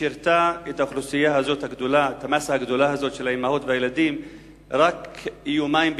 שירתה את המאסה הגדולה הזאת של האמהות והילדים רק יומיים בשבוע,